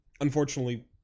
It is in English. unfortunately